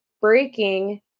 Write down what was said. breaking